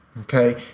Okay